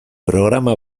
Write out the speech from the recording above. programa